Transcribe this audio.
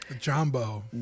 jumbo